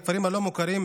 לכפרים הלא-מוכרים,